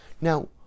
Now